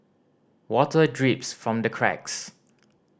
water drips from the cracks